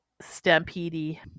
stampede